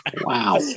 Wow